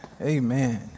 Amen